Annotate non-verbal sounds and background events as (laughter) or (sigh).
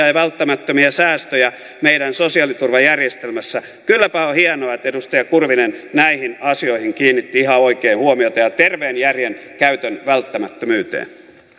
(unintelligible) ja välttämättömiä säästöjä meidän sosiaaliturvajärjestelmässämme kylläpä on hienoa että edustaja kurvinen kiinnitti ihan oikein huomiota näihin asioihin ja terveen järjen käytön välttämättömyyteen